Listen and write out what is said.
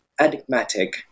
enigmatic